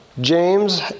James